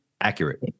Accurate